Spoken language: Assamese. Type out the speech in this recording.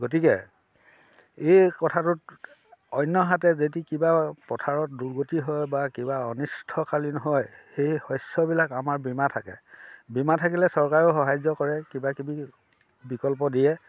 গতিকে এই কথাটোত অন্যহাতে যদি কিবা পথাৰত দুৰ্গতি হয় বা কিবা অনিষ্টকালীন হয় সেই শস্যবিলাক আমাৰ বীমা থাকে বীমা থাকিলে চৰকাৰেও সাহাৰ্য কৰে কিবাকিবি বিকল্প দিয়ে